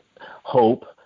hope